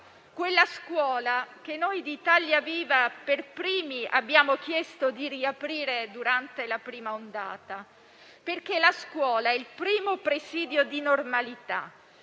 della scuola che noi di Italia Viva, per primi, abbiamo chiesto di riaprire durante la prima ondata. La scuola è il primo presidio di normalità